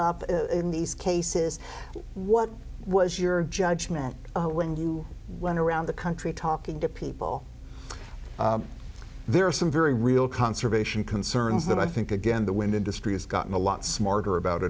up in these cases what was your judgment when you went around the country talking to people there are some very real conservation concerns that i think again the wind industry has gotten a lot smarter about